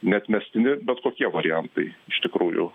neatmestini bet kokie variantai iš tikrųjų